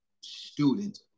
student